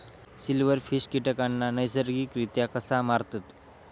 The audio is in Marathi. सिल्व्हरफिश कीटकांना नैसर्गिकरित्या कसा मारतत?